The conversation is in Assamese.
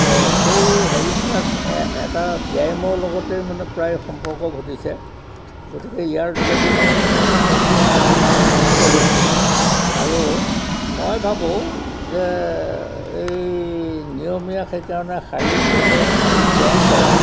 সেই হেৰিবিলাক এটা ব্যায়ামৰ লগতেই মানে প্ৰায় সম্পৰ্ক ঘটিছে গতিকে ইয়াৰ যোগেদি মোৰ মানে যথেষ্ট মই নিজে উপকৃত হৈছোঁ আৰু মই ভাবোঁ যে এই নিয়মীয়া সেইকাৰণে শাৰীৰিকভাৱে শাৰীৰিক ব্যায়াম কৰা